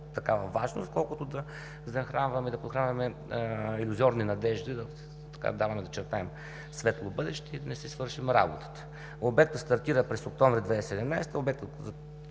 такава важност, отколкото да подхранваме илюзорни надежди, да чертаем светло бъдеще и да не си свършим работата. Обектът стартира през октомври 2017 г. Към